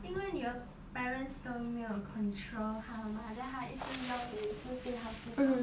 因为你的 parents 都没有 control 她嘛 then 她一直用也是对她不好